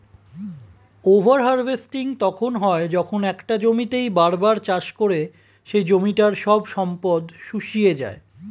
over harvesting তখন হয় যখন একটা জমিতেই বার বার চাষ করে সেই জমিটার সব সম্পদ শুষিয়ে যায়